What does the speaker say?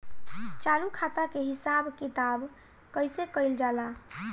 चालू खाता के हिसाब किताब कइसे कइल जाला?